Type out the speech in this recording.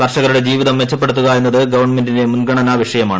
കർഷകരുടെ ജീവിതം മെച്ചപ്പെടുത്തുക എന്നത് ഗവൺമെന്റിന്റെ മുൻഗണനാ വിഷയമാണ്